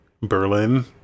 Berlin